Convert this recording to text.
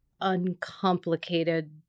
uncomplicated